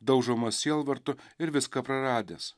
daužomas sielvarto ir viską praradęs